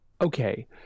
Okay